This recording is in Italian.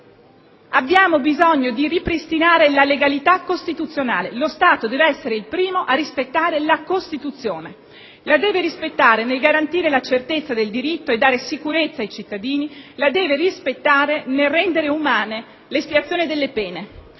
Abbiamo bisogno di ripristinare la legalità costituzionale: lo Stato devo essere il primo a rispettare la Costituzione: la deve rispettare nel garantire la certezza del diritto e dare sicurezza ai cittadini, la deve rispettare nel rendere umana l'espiazione delle pene.